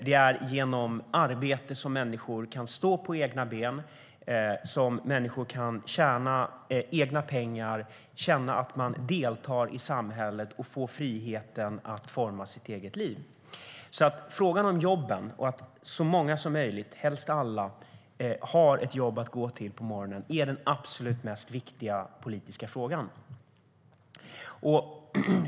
Det är genom arbete som människor kan stå på egna ben, kan tjäna egna pengar, känna att man deltar i samhället och får friheten att forma sitt eget liv. Frågan om jobben och att så många som möjligt, helst alla, har ett jobb att gå till på morgonen är den absolut viktigaste politiska frågan.